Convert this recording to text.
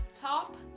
top